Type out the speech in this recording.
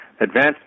Advanced